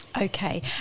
Okay